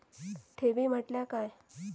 ठेवी म्हटल्या काय?